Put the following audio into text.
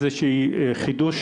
את זה שהיא חידוש,